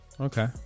Okay